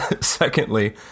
secondly